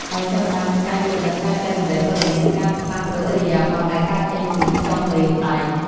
ដោយចាប់ផ្ដើមពីការយល់ដឹង ការចែករំលែកព័ត៌មាន និងការផ្លាស់ប្តូរឥរិយាបថដែលកើតចេញពីចុងម្រាមដៃ។